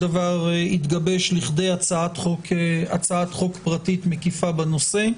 שהתגבש לכדי הצעת החוק פרטית מקיפה בנושא.